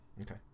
Okay